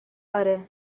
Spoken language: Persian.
آره